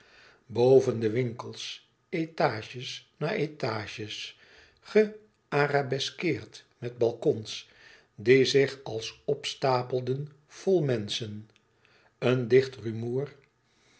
de winkels étages na étages gearabeskeerd met balkons die zich als opstapelden vol menschen een dicht rumoer